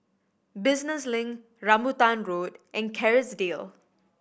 Business Link Rambutan Road and Kerrisdale